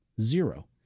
zero